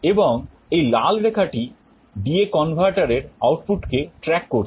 এবং এই লাল রেখাটি DA converterএর আউটপুটকে track করছে